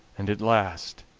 and at last